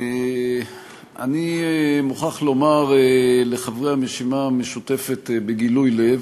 אני מוכרח לומר לחברי הרשימה המשותפת בגילוי לב,